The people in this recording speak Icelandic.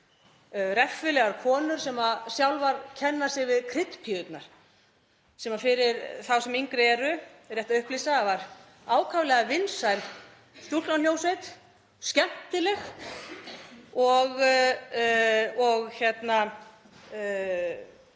reffilegar konur sem sjálfar kenna sig við kryddpíurnar, sem fyrir þá sem yngri eru er rétt að upplýsa að var ákaflega vinsæl stúlknahljómsveit, skemmtileg og